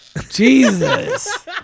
Jesus